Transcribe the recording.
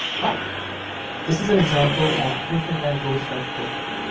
but this is an example of vincent van gogh's self-portrait.